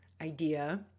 idea